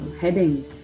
heading